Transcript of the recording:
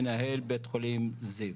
מנהל בית חולים זיו,